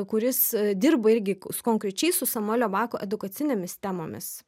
kuris dirba irgi su konkrečiai su samuelio bako edukacinėmis temomis